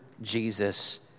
Jesus